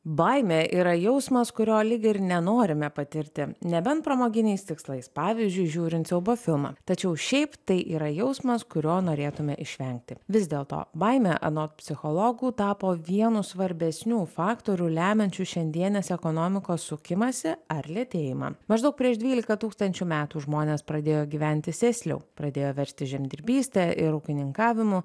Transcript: baimė yra jausmas kurio lygiai ir nenorime patirti nebent pramoginiais tikslais pavyzdžiui žiūrint siaubo filmą tačiau šiaip tai yra jausmas kurio norėtume išvengti vis dėlto baimė anot psichologų tapo vienu svarbesnių faktorių lemiančių šiandienės ekonomikos sukimąsi ar lėtėjimą maždaug prieš dvylika tūkstančių metų žmonės pradėjo gyventi sėsliau pradėjo verstis žemdirbyste ir ūkininkavimu